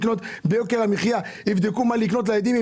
שביוקר המחיה הזה יבדקו מה לקנות לילדים,